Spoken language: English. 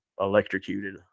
electrocuted